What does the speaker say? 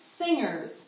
singers